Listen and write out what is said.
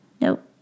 Nope